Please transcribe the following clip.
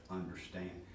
understand